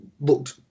looked